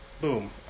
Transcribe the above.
Boom